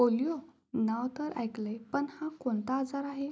polio नाव तर ऐकलं आहे पण हा कोणता आजार आहे